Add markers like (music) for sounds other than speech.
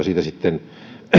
(unintelligible) siitä sitten